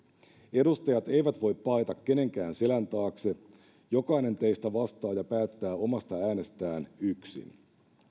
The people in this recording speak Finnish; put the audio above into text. edustajat eivät voi paeta kenenkään selän taakse jokainen teistä vastaa ja päättää omasta äänestään yksin